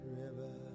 river